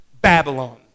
Babylon